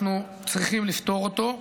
אנחנו צריכים לפתור אותו.